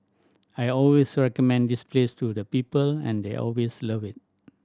I always recommend this place to the people and they always love it